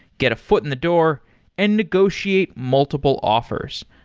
get a foot in the door and negotiate multiple offers.